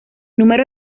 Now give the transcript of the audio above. número